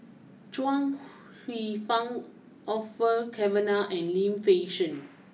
Chuang Hsueh Fang Orfeur Cavenagh and Lim Fei Shen